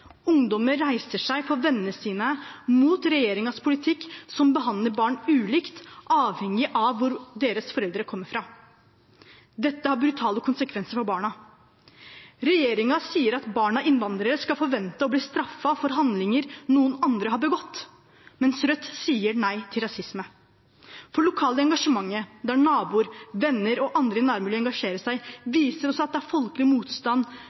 Ungdommer står opp for vennene sine mot regjeringens politikk, som behandler barn ulikt avhengig av hvor deres foreldre kommer fra. Dette har brutale konsekvenser for barna. Regjeringen sier at barn av innvandrere skal forvente å bli straffet for handlinger som noen andre har begått, mens Rødt sier nei til rasisme. Det lokale engasjementet, der naboer, venner og andre i nærmiljøet engasjerer seg, viser oss at det er folkelig motstand